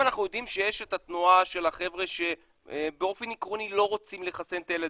יש את התנועה של החבר'ה שבאופן עקרוני לא רוצים לחסן את הילדים,